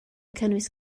cynnwys